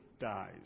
dies